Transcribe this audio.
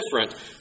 different